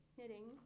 Knitting